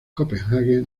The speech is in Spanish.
copenhague